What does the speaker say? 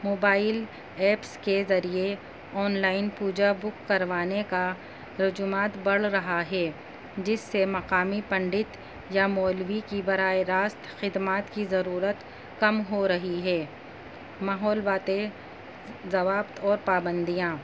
mobile apps کے ذریعے online پوجا بک کروانے کا رجحانات بڑھ رہا ہے جس سے مقامی پنڈت یا مولوی کی براہ راست خدمات کی ضرورت کم ہو رہی ہے ماحول باتیں ضوابط اور پابندیاں